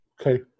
Okay